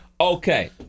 Okay